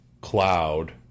cloud